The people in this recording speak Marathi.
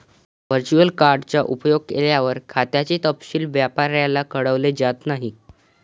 वर्चुअल कार्ड चा उपयोग केल्यावर, खात्याचे तपशील व्यापाऱ्याला कळवले जात नाहीत